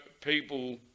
people